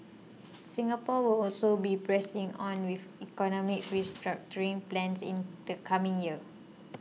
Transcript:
Singapore will also be pressing on with economic restructuring plans in the coming year